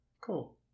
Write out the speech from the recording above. Cool